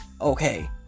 okay